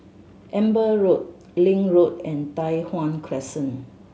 Amber Road Link Road and Tai Hwan Crescent